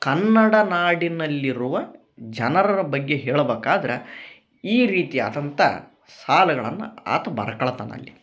ಕನ್ನಡ ನಾಡಿನಲ್ಲಿರುವ ಜನರರ ಬಗ್ಗೆ ಹೇಳ್ಬಕಾದರೆ ಈ ರೀತಿಯಾದಂಥ ಸಾಲ್ಗಳನ್ನ ಆತ ಬರ್ಕಳ್ತಾನ ಅಲ್ಲಿ